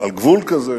על גבול כזה